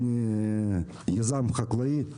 אני יזם חקלאי.